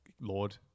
Lord